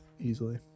easily